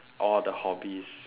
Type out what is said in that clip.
all the hobbies